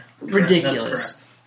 Ridiculous